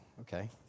okay